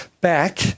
back